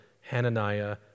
Hananiah